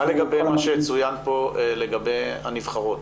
מה לגבי מה שצוין פה לגבי הנבחרות?